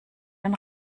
den